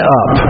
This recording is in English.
up